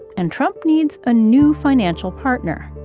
and trump needs a new financial partner.